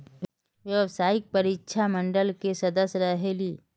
व्यावसायिक परीक्षा मंडल के सदस्य रहे ली?